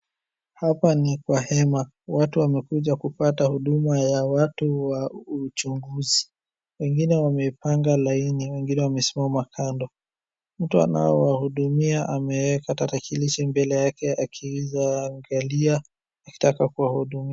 Hapa ni kwa hema watu wamekuja kupata huduma ya watu wa uchaguzi wengine wamepanga laini wengine wamesimama kando mtu ambaye anawahudumia ameweka tarakilishi mbele yake akiziangalia akitaka kuwahudumia.